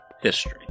History